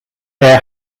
hair